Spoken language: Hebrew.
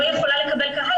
לא יכולה לקבל קהל.